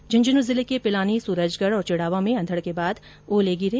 झन्झनूं जिले के पिलानी सूरजगढ़ और चिडावा में अंधड़ के बाद ओले गिरे